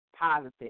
positive